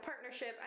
partnership